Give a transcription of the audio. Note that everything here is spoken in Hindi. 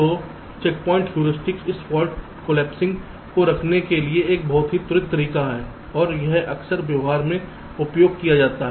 तो चेकपॉइंट हेयुरिस्टिक इस फॉल्ट कॉलेप्सिंग को करने के लिए एक बहुत ही त्वरित तरीका है और यह अक्सर व्यवहार में उपयोग किया जाता है